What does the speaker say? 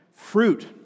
fruit